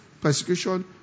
persecution